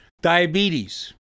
Diabetes